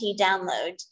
download